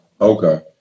Okay